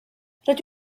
rydw